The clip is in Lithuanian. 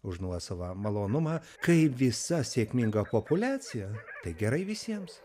už nuosavą malonumą kai visa sėkminga kopuliacija tai gerai visiems